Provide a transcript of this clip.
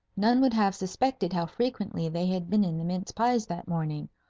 none would have suspected how frequently they had been in the mince-pies that morning,